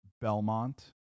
Belmont